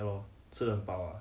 ya lor 吃很饱啊